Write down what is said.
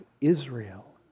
Israel